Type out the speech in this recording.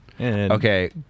Okay